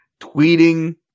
tweeting